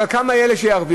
אבל כמה יהיו אלה שירוויחו?